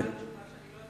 אז מה התשובה,